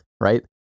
Right